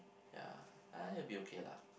yeah ah you will be okay lah